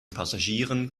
passagieren